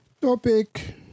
Topic